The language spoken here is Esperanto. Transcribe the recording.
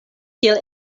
kiel